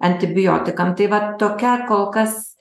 antibiotikam tai va tokia kol kas